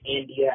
India